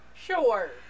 sure